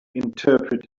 interpret